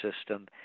system